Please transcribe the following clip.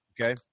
okay